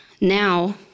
now